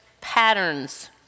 patterns